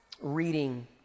reading